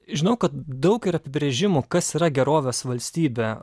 žinau kad daug yra apibrėžimų kas yra gerovės valstybę